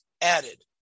added